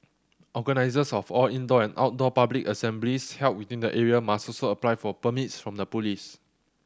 organisers of all indoor and outdoor public assemblies held within the area must also apply for permits from the police